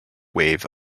wave